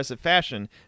fashion